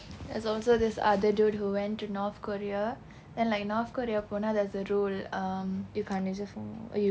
there's also this other dude who went to north korea then like north korea போனா:ponaa there's a rule um you can't use your phone or